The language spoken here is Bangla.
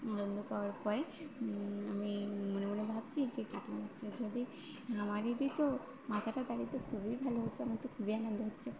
আনন্দ পাওয়ার পরে আমি মনে মনে ভাবছি যে কাতলা মাছটা যদি আমারে দিত মাথাটা তাহলে তো খুবই ভালো হতো আমার তো খুবই আনন্দ হচ্ছে